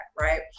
right